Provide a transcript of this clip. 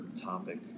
topic